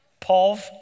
Pov